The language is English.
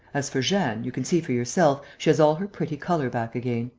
as for jeanne, you can see for yourself, she has all her pretty colour back again.